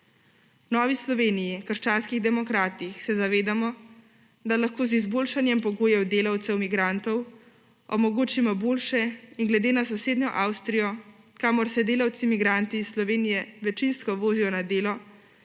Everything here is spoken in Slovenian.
Novi Sloveniji – krščanskih demokratih se zavedamo, da lahko z izboljšanjem pogojev delavcev migrantov omogočimo boljše in glede na sosednjo Avstrijo, kamor se delavci migranti iz Slovenije večinsko vozijo na delo,